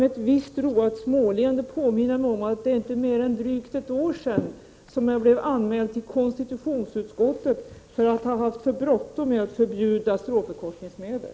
Med ett roat småleende kan jag påminna mig att det inte är mer än drygt ett år sedan jag blev anmäld för konstitutionsutskottet på grund av att jag skulle ha haft för bråttom med att förbjuda stråförkortningsmedel.